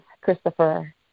Christopher